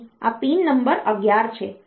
તેથી આ pin number 11 છે